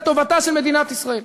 את טובתה של מדינת ישראל,